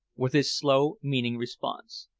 was his slow, meaning response.